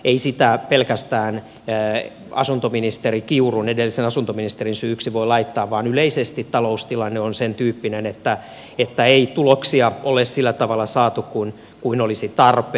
ei sitä pelkästään asuntoministeri kiurun edellisen asuntoministerin syyksi voi laittaa vaan yleisesti taloustilanne on sen tyyppinen että ei tuloksia ole sillä tavalla saatu kuin olisi tarpeen